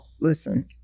listen